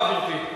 תודה רבה, גברתי.